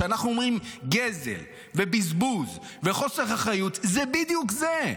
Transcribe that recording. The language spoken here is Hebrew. כשאנחנו אומרים "גזל" ו"בזבוז" ו"חוסר אחריות" זה בדיוק זה,